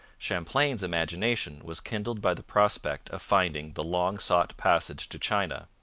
champlain's imagination was kindled by the prospect of finding the long-sought passage to china.